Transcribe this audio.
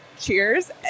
cheers